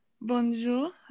bonjour